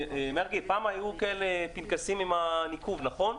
מרגי, פעם היו פנקסים עם הניקוד, נכון?